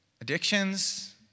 addictions